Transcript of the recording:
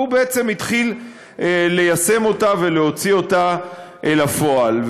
והוא בעצם התחיל ליישם אותה ולהוציא אותה לפועל.